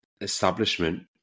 establishment